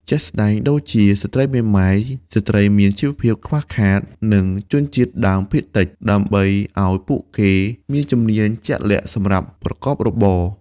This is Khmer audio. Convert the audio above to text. ជាក់ស្ដែងដូចជា ស្ត្រីមេម៉ាយ ស្ត្រីមានជីវភាពខ្វះខាត និងជនជាតិដើមភាគតិច ដើម្បីឱ្យពួកគេមានជំនាញជាក់លាក់សម្រាប់ប្រកបរបរ។